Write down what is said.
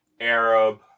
Arab